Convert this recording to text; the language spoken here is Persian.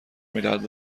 میدهد